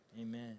amen